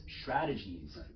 strategies